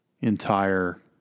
entire